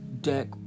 deck